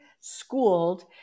schooled